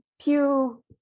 pew